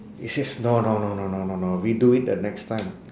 he says no no no no no no no we do it the next time